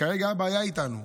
כרגע אבא היה איתנו,